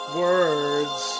words